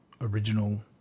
original